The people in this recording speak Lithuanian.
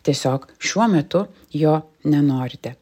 tiesiog šiuo metu jo nenorite